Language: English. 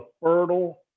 fertile